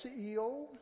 CEO